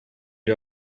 gli